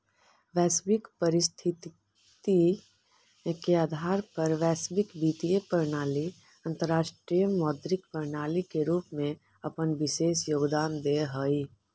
वैश्विक परिस्थिति के आधार पर वैश्विक वित्तीय प्रणाली अंतरराष्ट्रीय मौद्रिक प्रणाली के रूप में अपन विशेष योगदान देऽ हई